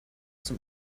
zum